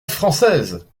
française